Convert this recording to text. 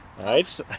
right